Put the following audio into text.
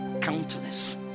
countless